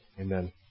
Amen